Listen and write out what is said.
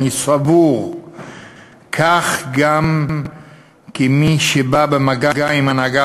אני סבור כך גם כמי שבא במגע עם ההנהגה